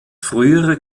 frühere